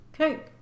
Okay